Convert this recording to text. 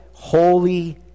holy